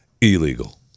illegal